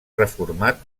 reformat